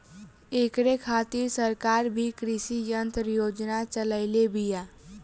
ऐकरे खातिर सरकार भी कृषी यंत्र योजना चलइले बिया